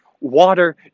water